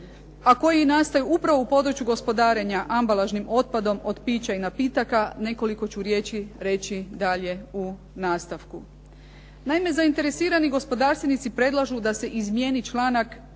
a koji nastaje upravo u području gospodarenja ambalažnim otpadom od pića i napitaka, nekoliko ću riječi reći dalje u nastavku. Naime, zainteresirani gospodarstvenici predlažu da se izmijeni članak